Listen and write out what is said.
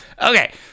Okay